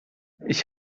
ich